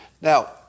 Now